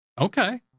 Okay